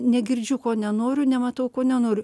negirdžiu ko nenoriu nematau ko nenoriu